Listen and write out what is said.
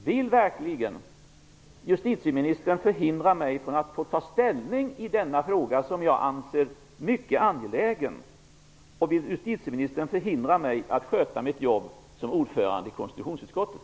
Vill verkligen justitieministern förhindra mig från att ta ställning i denna fråga som jag anser mycket angelägen, och vill justitieministern förhindra mig att sköta mitt jobb som ordförande i konstitutionsutskottet?